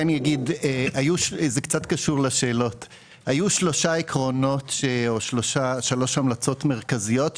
היו שלוש המלצות מרכזיות,